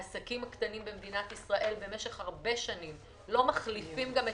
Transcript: העסקים הקטנים במדינת ישראל במשך שנים רבות לא מחליפים את